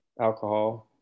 alcohol